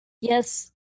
yes